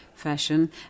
fashion